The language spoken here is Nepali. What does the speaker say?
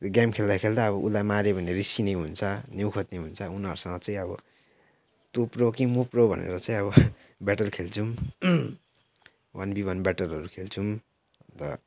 गेम खेल्दा खेल्दा अब उसलाई माऱ्यो भने रिसिने हुन्छ निहु खोज्ने हुन्छ उनीहरूसँग चाहिँ अब तँ प्रो कि म प्रो भनेर चाहिँ अब ब्याटल खेल्छौँ वान बि वान ब्याटलहरू खेल्छुम् अन्त